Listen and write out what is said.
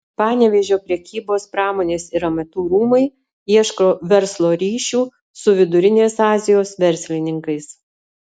panevėžio prekybos pramonės ir amatų rūmai ieško verslo ryšių su vidurinės azijos verslininkais